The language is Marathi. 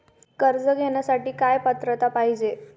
कर्ज घेण्यासाठी काय पात्रता पाहिजे?